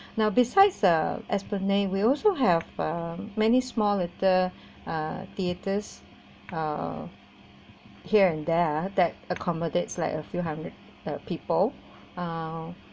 now besides uh esplanade we also have uh many small little uh theatres uh here and there uh that accommodates like a few hundred that people uh